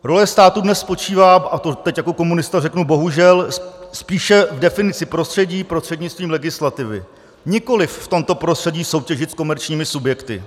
Role státu dnes spočívá a to teď jako komunista řeknu bohužel spíše v definici prostředí prostřednictvím legislativy, nikoliv v tomto prostředí soutěžit s komerčními subjekty.